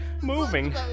moving